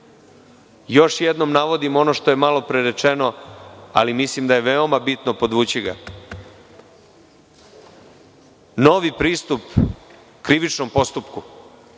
jednom navodim što je malopre rečeno, ali mislim da je veoma bitno podvući ga. Novi pristup krivičnom postupku,